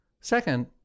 second